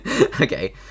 okay